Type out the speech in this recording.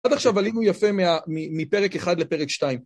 עד עכשיו עלינו יפה מפרק אחד לפרק שתיים.